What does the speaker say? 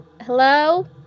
Hello